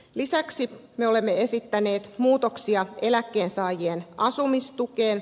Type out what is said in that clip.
lisäksi me olemme esittäneet muutoksia eläkkeensaajien asumistukeen